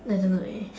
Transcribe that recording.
I don't know leh